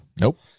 Nope